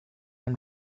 and